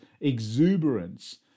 exuberance